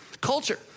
Culture